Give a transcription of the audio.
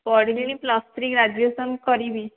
ପଢିଲିଣି plus three graduation କରିବି